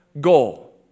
goal